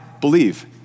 believe